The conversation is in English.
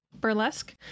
burlesque